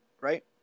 Right